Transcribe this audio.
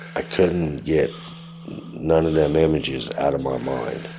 i couldn't get none of them images out of my mind,